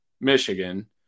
Michigan